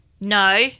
No